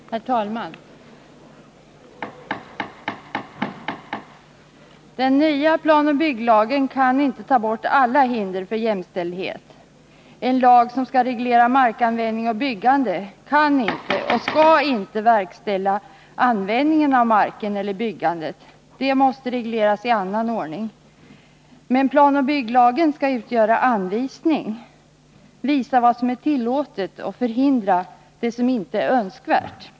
Herr talman! Den nya planoch bygglagen kan inte ta bort alla hinder för jämställdhet. En lag som skall reglera markanvändning och byggande kan inte och skall inte verkställa beslut om användningen av marken eller byggandet. Det måste regleras i annan ordning. Men planoch bygglagen skall ge anvisning — den skall visa vad som är tillåtet och förhindra det som inte är önskvärt.